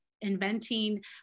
inventing